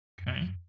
Okay